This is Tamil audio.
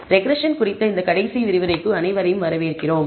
ரெக்ரெஸ்ஸன் குறித்த இந்த கடைசி விரிவுரைக்கு அனைவரையும் வரவேற்கிறோம்